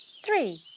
three.